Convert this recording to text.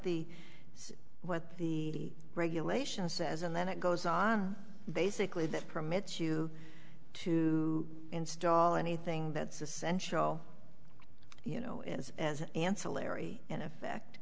the what the regulation says and then it goes on basically that permits you to install anything that's essential you know is an ancillary in effect